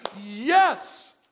Yes